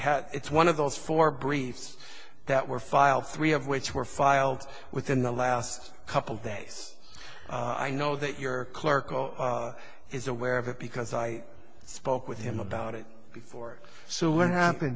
had it's one of those four briefs that were filed three of which were filed within the last couple days i know that your clerk is aware of it because i spoke with him about it before so what happen